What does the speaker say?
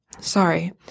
sorry –